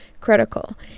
critical